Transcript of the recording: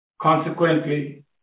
Consequently